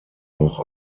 auch